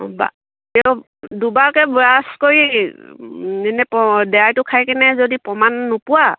অঁ বা তেও দুবাৰকৈ ব্ৰাছ কৰি এনে দৰবটো খাই কিনে যদি প্ৰমাণ নোপোৱা